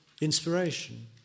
inspiration